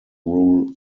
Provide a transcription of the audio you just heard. rule